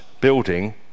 building